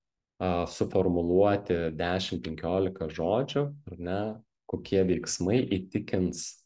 a suformuluoti dešim penkiolika žodžių ar ne kokie veiksmai įtikins